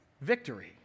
victory